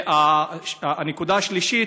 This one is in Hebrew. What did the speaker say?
והנקודה השלישית,